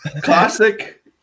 classic